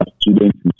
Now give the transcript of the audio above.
students